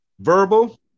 Verbal